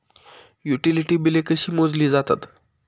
Utility बिले कशी मोजली जातात?